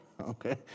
okay